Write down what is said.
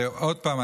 ועוד פעם,